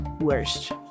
Worst